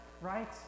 right